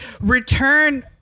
Return